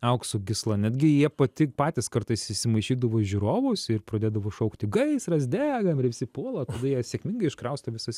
aukso gysla netgi jie pati patys kartais įsimaišydavo į žiūrovus ir pradėdavo šaukti gaisras degam ir visi puola jie sėkmingai iškrausto visas